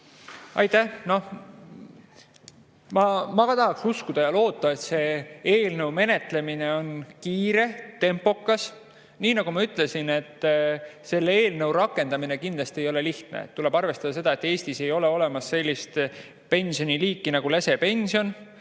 Aitäh! Ma tahan ka uskuda ja loota, et selle eelnõu menetlemine on kiire, tempokas. Nii nagu ma ütlesin, selle eelnõu rakendamine kindlasti ei ole lihtne. Tuleb arvestada seda, et Eestis ei ole olemas sellist pensioniliiki nagu lesepension.